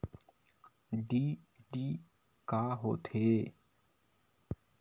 DD का होथे?